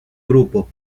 grupo